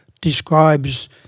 describes